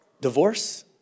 divorce